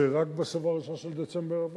שעבר בשבוע הראשון של דצמבר.